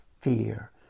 fear